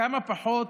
כמה פחות